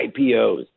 IPOs